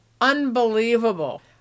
unbelievable